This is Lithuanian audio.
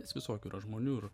nes visokių yra žmonių ir